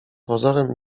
pozorem